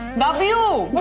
love. you know